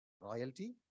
Royalty